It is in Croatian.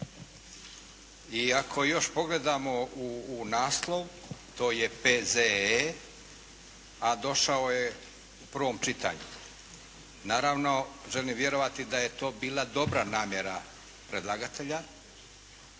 i ako još pogledamo u naslov, to je P.Z.E. a došao je u prvom čitanju. Naravno želim vjerovati da je to bila dobra namjera predlagatelja